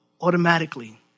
automatically